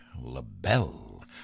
LaBelle